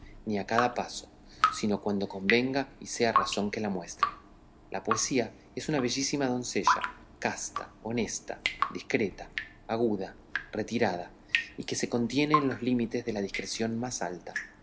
ni a cada paso sino cuando convenga y sea razón que la muestre la poesía es una bellísima doncella casta honesta discreta aguda retirada y que se contiene en los límites de la discreción más alta